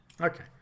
okay